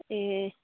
ए